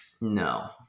No